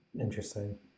interesting